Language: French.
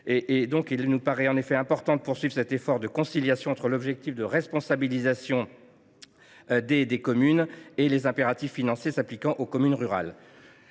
il nous paraît important de poursuivre cet effort de conciliation entre l’objectif de responsabilisation des communes et les impératifs financiers s’appliquant aux communes rurales.